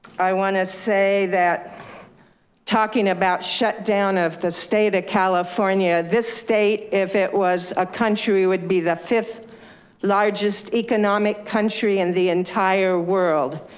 i want to say that talking about shut down of state of california, this state, if it was a country would be the fifth largest economic country in the entire world.